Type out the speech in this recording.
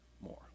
more